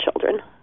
children